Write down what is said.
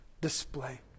display